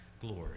glory